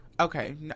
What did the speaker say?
Okay